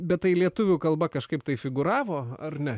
bet tai lietuvių kalba kažkaip tai figūravo ar ne